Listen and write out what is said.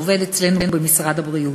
שעובד אצלנו במשרד הבריאות.